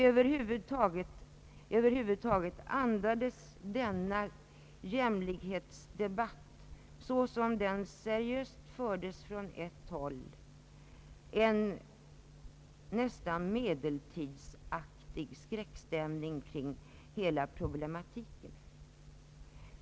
Över huvud taget andades denna jämlikhetsdebatt såsom den seriöst fördes från ett håll en nästan medeltidsaktig skräckstämning kring hela problematiken.